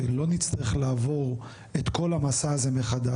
שלא נצטרך לעבור את כל המסע הזה מחדש.